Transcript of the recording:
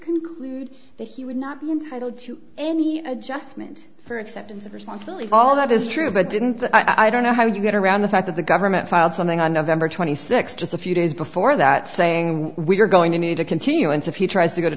conclude that he would not be entitled to any adjustment for acceptance of responsibility all that is true but didn't i don't know how you get around the fact that the government filed something on nov twenty sixth just a few days before that saying we're going to need a continuance if he tries to go to